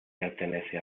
pertenece